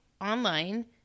online